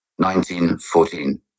1914